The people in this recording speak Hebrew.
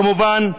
כמובן,